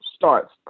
starts